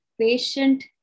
patient